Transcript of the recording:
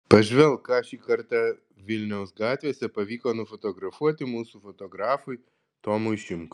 pažvelk ką šį kartą vilniaus gatvėse pavyko nufotografuoti mūsų fotografui tomui šimkui